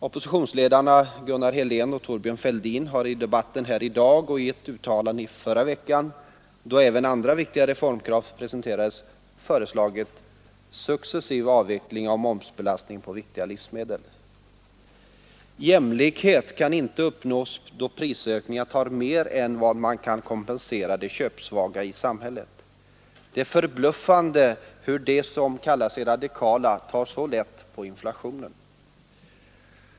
Oppositionsledarna Gunnar Helén och Thorbjörn Fälldin har i debatten här i dag och i ett uttalande i förra veckan, då även andra viktiga reformkrav presenterades, föreslagit ”successiv avveckling av momsbelastningen på viktiga livsmedel”. Jämlikhet kan inte uppnås då prisökningarna tar mer än vad man kan kompensera de köpsvaga i samhället för. Det är förbluffande att de som kallar sig radikala tar så lätt på inflationen.